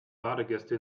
badegäste